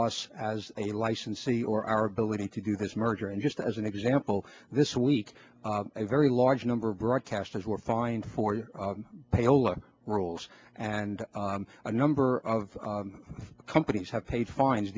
us as a licensee or our ability to do this merger and just as an example this week a very large number broadcasters were fined for payola rules and a number of companies have paid fines